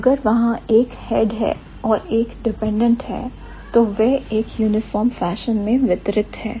अगर वहां एक head है और एक dependent है तो वह एक यूनिफॉर्म फैशन में वितरित हैं